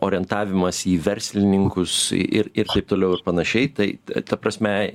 orientavimąsi į verslininkus ir ir taip toliau ir panašiai tai ta prasme